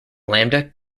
lambda